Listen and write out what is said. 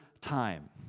time